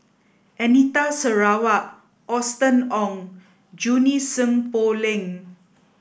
Anita Sarawak Austen Ong Junie Sng Poh Leng